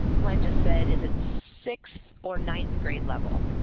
glen just said is it sixth or ninth grade level?